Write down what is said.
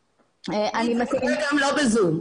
זה קורה גם לא ב-זום.